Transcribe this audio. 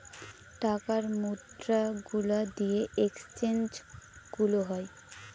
টাকার মুদ্রা গুলা দিয়ে এক্সচেঞ্জ গুলো হয়